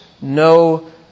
no